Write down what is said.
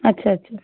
আচ্ছা আচ্ছা